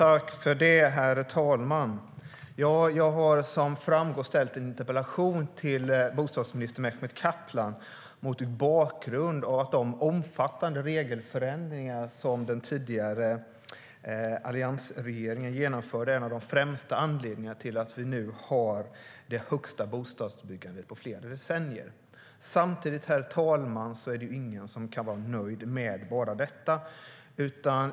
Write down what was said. Herr talman! Jag har som framgått ställt en interpellation till bostadsminister Mehmet Kaplan mot bakgrund av de omfattande regelförändringar som den tidigare alliansregeringen genomförde. Det är en av de främsta anledningarna till att vi nu har det högsta bostadsbyggandet på flera decennier. Samtidigt, herr talman, är det ingen som kan vara nöjd med bara detta.